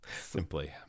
Simply